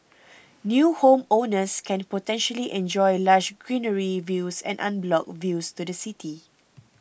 new homeowners can potentially enjoy lush greenery views and unblocked views to the city